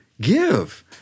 give